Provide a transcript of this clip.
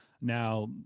Now